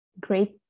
great